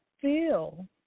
feel